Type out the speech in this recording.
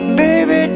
baby